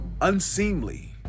unseemly